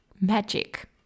magic